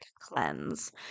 cleanse